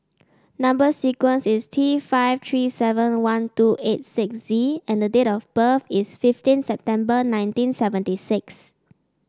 number sequence is T five three seven one two eight six Z and the date of birth is fifteen September nineteen seventy six